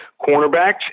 cornerbacks